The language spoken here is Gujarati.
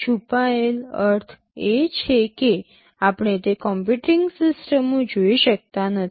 છુપાયેલ અર્થ એ છે કે આપણે તે કમ્પ્યુટિંગ સિસ્ટમો જોઈ શકતા નથી